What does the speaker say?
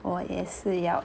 我是要